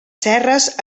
serres